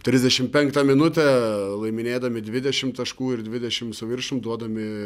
trisdešim penktą minutę laiminėdami dvidešim taškų ir dvidešim su viršum duodami